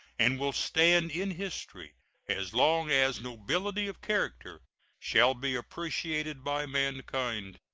and will stand in history as long as nobility of character shall be appreciated by mankind.